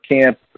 camp